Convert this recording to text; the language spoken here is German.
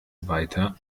weiter